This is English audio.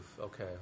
okay